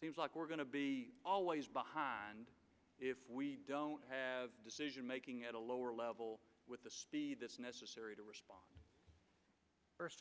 seems like we're going to be always behind if we don't have decision making at a lower level with the speed that's necessary to respond first